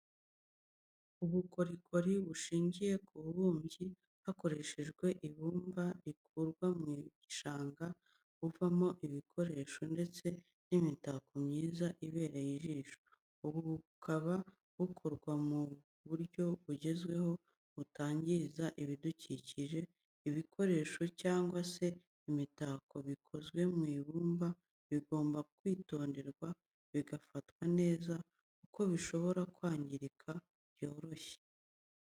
Ubukorikori bushingiye ku bubumbyi hakoreshejwe ibumba rikurwa mu gishanga, buvamo ibikoresho ndetse n'imitako myiza ibereye ijisho, ubu bukaba bukorwa mu buryo bugezweho butangiza ibidukikije, ibikoresho cyangwa se imitako bikozwe mu ibumba bigomba kwitonderwa bigafatwa neza, kuko bishobora kwangirika byoroshye.